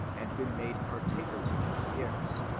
and been made par takers of his gifts,